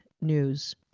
news